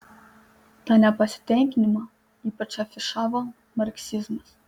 tą nepasitenkinimą ypač afišavo marksizmas